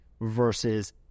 versus